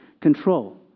control